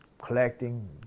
collecting